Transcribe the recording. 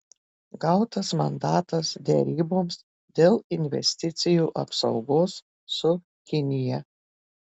gautas mandatas deryboms dėl investicijų apsaugos su kinija